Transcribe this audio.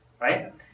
right